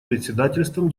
председательством